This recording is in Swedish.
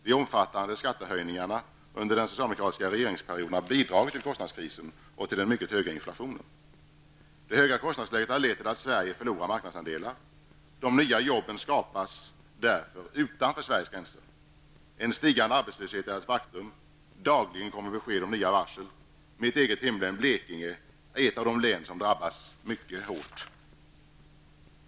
De omfattande skattehöjningarna under den socialdemokratiska regeringsperioden har bidragit till kostnadskrisen och till den mycket höga inflationen. Det höga kostnadsläget har lett till att Sverige förlorar marknadsandelar. De nya jobben skapas därför utanför Sveriges gränser. En stigande arbetslöshet är ett faktum. Dagligen kommer besked om nya varsel. Mitt eget hemlän Blekinge är ett av de län som drabbas mycket hårt.